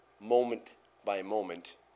moment-by-moment